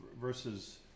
versus